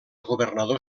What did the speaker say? governador